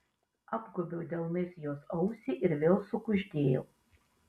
apgobiau delnais jos ausį ir vėl sukuždėjau